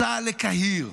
סע לקהיר,